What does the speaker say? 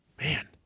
man